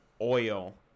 oil